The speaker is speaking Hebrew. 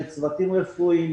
לצוותים רפואיים.